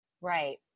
Right